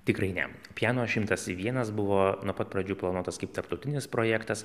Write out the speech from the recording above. tikrai ne piano šimtas vienas buvo nuo pat pradžių planuotas kaip tarptautinis projektas